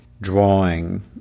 drawing